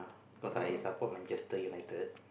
cause I support Manchester-United